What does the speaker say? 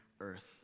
earth